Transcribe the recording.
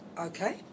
Okay